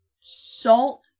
salt